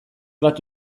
bat